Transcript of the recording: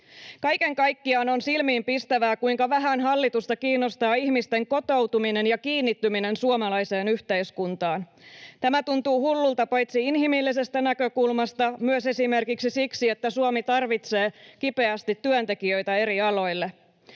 Kaiken kaikkiaan on silmiinpistävää, kuinka vähän hallitusta kiinnostaa ihmisten kotoutuminen ja kiinnittyminen suomalaiseen yhteiskuntaan. Tämä tuntuu hullulta paitsi inhimillisestä näkökulmasta myös esimerkiksi siksi, että Suomi tarvitsee kipeästi työntekijöitä eri aloille,